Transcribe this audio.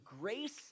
grace